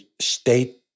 state